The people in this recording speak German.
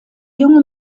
junge